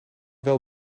wel